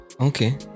okay